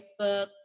Facebook